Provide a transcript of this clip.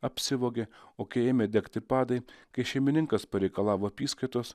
apsivogė o kai ėmė degti padai kai šeimininkas pareikalavo apyskaitos